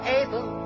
able